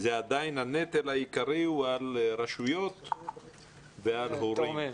הנטל העיקרי הוא עדיין על הרשויות ועל ההורים.